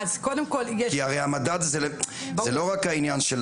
כי המדד זה לא רק העניין של